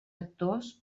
actors